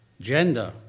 gender